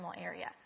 area